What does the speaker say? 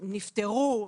נפטרו,